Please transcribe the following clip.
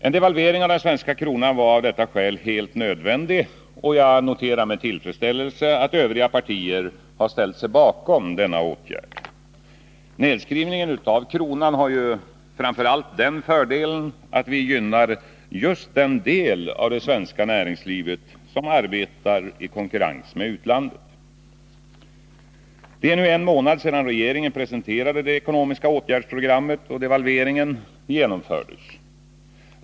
En devalvering av den svenska kronan var av detta skäl helt nödvändig, och jag noterar med tillfredsställelse att övriga partier ställt sig bakom denna åtgärd. Nedskrivningen av kronan har ju framför allt den fördelen att den gynnar just den del av det svenska näringslivet som arbetar i konkurrens med utlandet. Det är nu en månad sedan regeringen presenterade det ekonomiska åtgärdsprogrammet och devalveringen genomfördes.